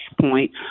point